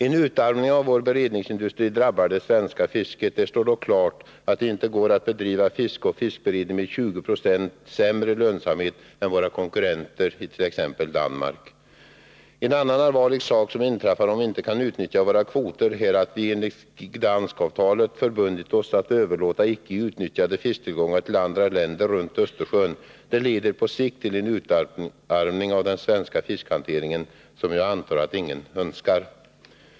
En utarmning av vår beredningsindustri drabbar det svenska fisket. Det står dock klart att det inte går att bedriva fiske och fiskberedning med 20 76 sämre lönsamhet än vad våra konkurrenter i t.ex. Danmark har. En annan allvarlig sak är att vi enligt Gdanskavtalet har förbundit oss att överlåta icke utnyttjade fisktillgångar till andra länder runt Östersjön, om vi inte kan utnyttja våra kvoter. Det leder på sikt till en utarmning av den svenska fiskhanteringen som jag antar att ingen önskar.